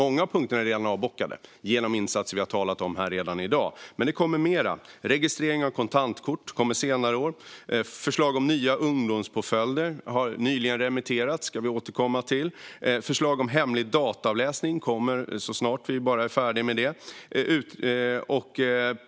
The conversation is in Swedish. Många punkter är redan avbockade genom insatser som vi har talat om här i dag, men det kommer mer. Registrering av kontantkort kommer senare i år. Förslag om nya ungdomspåföljder har nyligen remitterats, och det ska vi återkomma till. Förslag om hemlig dataavläsning kommer så snart vi blir färdiga.